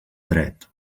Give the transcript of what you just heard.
dret